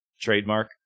Trademark